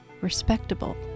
respectable